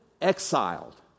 exiled